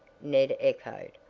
ned echoed.